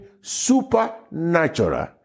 supernatural